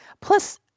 Plus